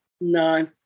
no